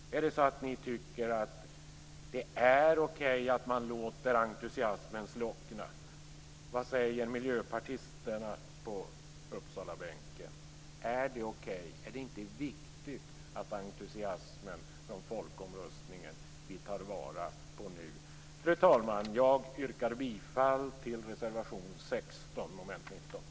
Är det så att ni tycker att det är okej att man låter entusiasmen slockna? Vad säger miljöpartisterna på Uppsalabänken: Är det okej? Är det inte viktigt att ta vara på entusiasmen från folkomröstningen? Fru talman! Jag yrkar bifall till reservation 16 under mom. 19.